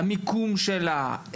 המיקום שלה,